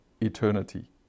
eternity